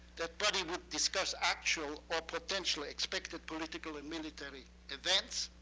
that body would discuss actual or potentially expected political and military events.